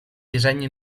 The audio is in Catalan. disseny